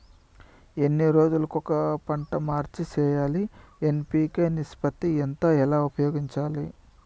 ఎన్ని రోజులు కొక పంట మార్చి సేయాలి ఎన్.పి.కె నిష్పత్తి ఎంత ఎలా ఉపయోగించాలి?